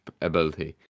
ability